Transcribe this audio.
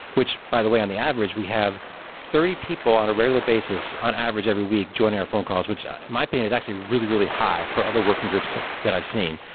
which by the way on the average, we have thirty people on a regular basis on average every week joining our phone calls, which in my opinion is actually really, really high for other working groups that i've seen.